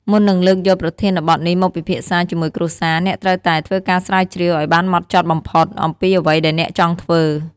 មុននឹងលើកយកប្រធានបទនេះមកពិភាក្សាជាមួយគ្រួសារ អ្នកត្រូវតែ ធ្វើការស្រាវជ្រាវឲ្យបានហ្មត់ចត់បំផុត អំពីអ្វីដែលអ្នកចង់ធ្វើ។